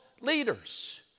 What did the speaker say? leaders